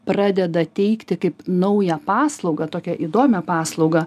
pradeda teikti kaip naują paslaugą tokią įdomią paslaugą